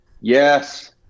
Yes